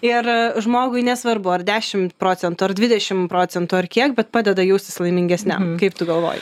ir žmogui nesvarbu ar dešimt procentų ar dvidešimt procentų ar kiek bet padeda jaustis laimingesniam kaip tu galvoji